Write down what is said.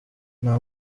nta